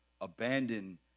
abandon